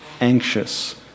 anxious